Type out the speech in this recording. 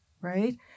Right